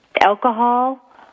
alcohol